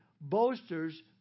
boasters